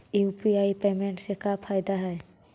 UPI payment से का फायदा है?